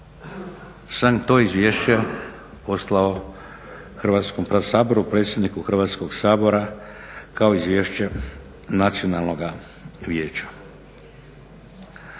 sam to izvješće poslao Hrvatskom saboru, predsjedniku Hrvatskog sabora kao izvješće Nacionalnog vijeća.